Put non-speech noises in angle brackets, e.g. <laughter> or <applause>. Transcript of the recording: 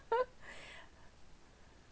<laughs>